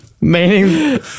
Meaning